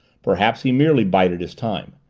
perhaps he merely bided his time.